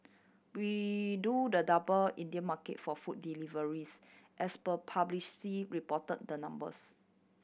we do the double Indian market for food deliveries as per publicly reported the numbers